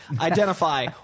identify